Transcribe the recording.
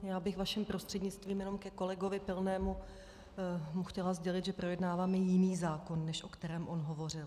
Já bych vaším prostřednictvím jenom ke kolegovi Pilnému chtěla sdělit, že projednáváme jiný zákon, než o kterém on hovořil.